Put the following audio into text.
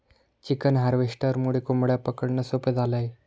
chicken हार्वेस्टरमुळे कोंबड्या पकडणं सोपं झालं आहे